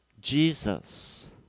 Jesus